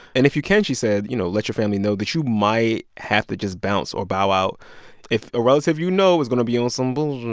and if you can, she said, you know, let your family know that you might have to just bounce or bow out if a relative you know is going to be on some bull